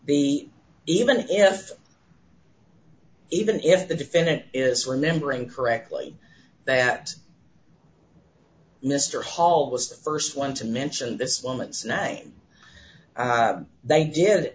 be even if even if the defendant is remembering correctly that mr hall was the st one to mention this woman's name they did